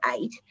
eight